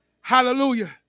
Hallelujah